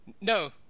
No